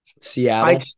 Seattle